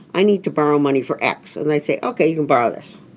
i need to borrow money for x. and they'd say ok. you can borrow this.